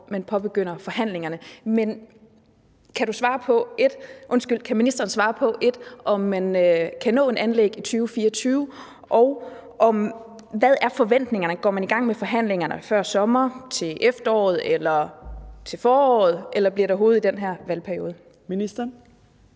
hvornår man påbegynder forhandlingerne, men kan ministeren svare på, om man kan nå et anlæg i 2024, og hvad forventningerne er? Går man i gang med forhandlingerne før sommeren, til efteråret eller til foråret, eller bliver det overhovedet i den her valgperiode? Kl.